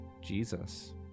Jesus